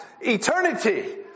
eternity